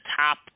top